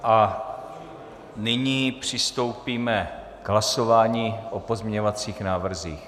A nyní přistoupíme k hlasování o pozměňovacích návrzích.